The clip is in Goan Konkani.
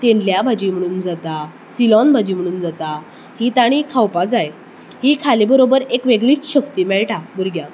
तेंडल्या भाजी म्हणून जाता सिलॉन भाजी म्हणून जाता ही ताणीं खावपा जाय ही ताणी खाले बरोबर वेगळीच शक्ती मेळटा भुरग्याक